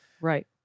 Right